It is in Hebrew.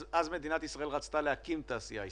אז מדינת ישראל רצתה להקים תעשייה ישראלית,